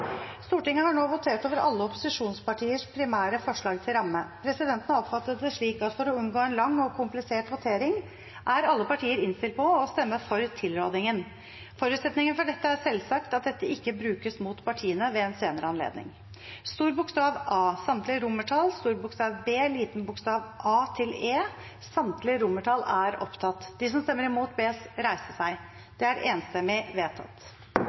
Stortinget har nå votert over alle opposisjonspartiers primære forslag til ramme. Presidenten har oppfattet det slik at for å unngå en lang og komplisert votering er alle partier innstilt på å stemme for tilrådingen. Forutsetningen for dette er selvsagt at dette ikke brukes mot partiene ved en senere anledning. Komiteen hadde innstilt til Stortinget å gjøre følgende Det voteres over C I, IV, VI og VIII. Det voteres over C II. Rødt har varslet at de vil stemme imot.